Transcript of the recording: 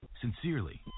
Sincerely